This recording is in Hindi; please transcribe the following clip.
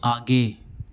आगे